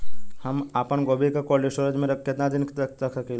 हम आपनगोभि के कोल्ड स्टोरेजऽ में केतना दिन तक रख सकिले?